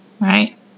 right